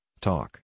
Talk